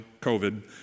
COVID